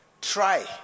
try